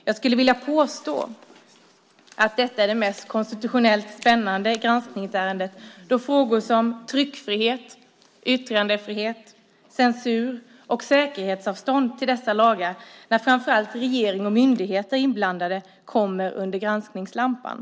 Jag skulle vilja påstå att detta är det konstitutionellt mest spännande granskningsärendet då frågor som tryckfrihet, yttrandefrihet, censur och säkerhetsavstånd till dessa lagar, när framför allt regering och myndigheter är inblandade, kommer under granskningslampan.